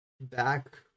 back